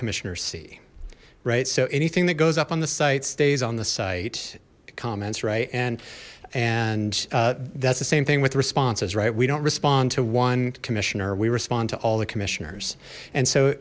commissioners see right so anything that goes up on the site stays on the site comments right and and that's the same thing with responses right we don't respond to one commissioner we respond to all the commissioners and so